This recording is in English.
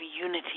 unity